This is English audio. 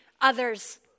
others